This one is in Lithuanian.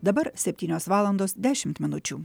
dabar septynios valandos dešimt minučių